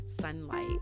sunlight